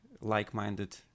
like-minded